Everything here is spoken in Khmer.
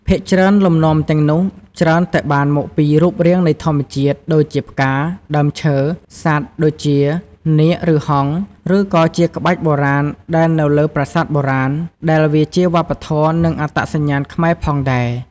ភាគច្រើនលំនាំទាំងនោះច្រើនតែបានមកពីរូបរាងនៃធម្មជាតិ ដូចជាផ្កា ដើមឈើ សត្វដូចជា នាគ ឬ ហង្ស ឬក៏ជាក្បាច់បុរាណដែលនៅលើប្រាសាទបុរាណ ដែលវាជាវប្បធម៌ និងអត្តសញ្ញាណខ្មែរផងដែរ។